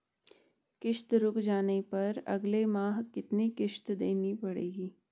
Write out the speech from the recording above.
किश्त रुक जाने पर अगले माह कितनी किश्त देनी पड़ेगी?